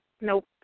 Nope